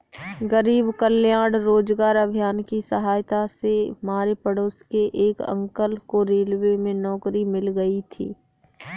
गरीब कल्याण रोजगार अभियान की सहायता से हमारे पड़ोस के एक अंकल को रेलवे में नौकरी मिल गई थी